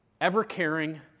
ever-caring